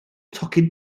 tocyn